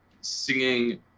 singing